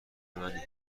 منی